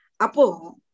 Apo